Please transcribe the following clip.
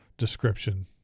Description